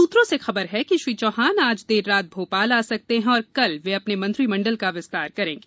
सूत्रों से खबर है कि श्री चौहान आज देर रात भोपाल आ सकते हैं और कल वे अपने मंत्री मंडल का विस्तार करेंगे